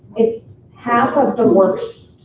it's half of the workshop